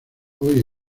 hoy